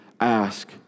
ask